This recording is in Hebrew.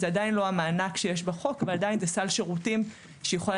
זה עדיין לא המענק שיש בחוק אבל זה סל שירותים שהיא יכולה